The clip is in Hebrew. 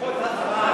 לדחות את ההצבעה.